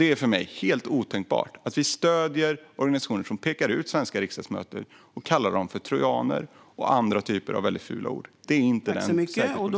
Det är för mig helt otänkbart att vi ska stödja organisationer som pekar ut svenska riksdagsledamöter och kallar dem för trojaner och andra typer av väldigt fula ord. Det är inte den säkerhetspolitik som vi ska ha.